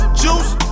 juice